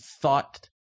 thought